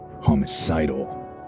homicidal